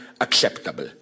acceptable